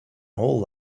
whole